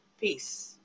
peace